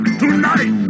tonight